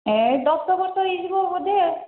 ଏଇ ଦଶ ବର୍ଷ ହୋଇଯିବ ବୋଧେ ଆଉ